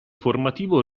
formativo